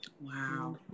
Wow